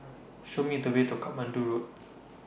Show Me The Way to Katmandu Road